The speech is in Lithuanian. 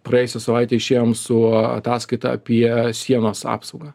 praėjusią savaitę išėjom su ataskaita apie sienos apsaugą